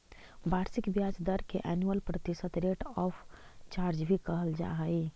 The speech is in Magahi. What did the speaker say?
वार्षिक ब्याज दर के एनुअल प्रतिशत रेट ऑफ चार्ज भी कहल जा हई